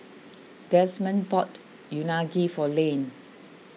Demond bought Unagi for Lane